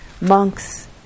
monks